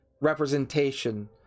representation